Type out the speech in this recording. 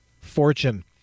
fortune